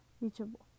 reachable